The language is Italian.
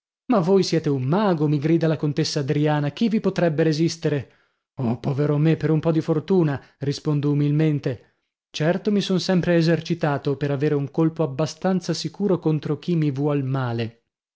ma voi siete un mago mi grida la contessa adriana chi vi potrebbe resistere oh povero me per un po di fortuna rispondo umilmente certo mi sono sempre esercitato per avere un colpo abbastanza sicuro contro chi mi vuol male